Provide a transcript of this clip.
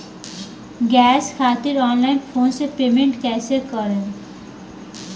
Gas खातिर online phone से payment कैसे करेम?